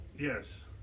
Yes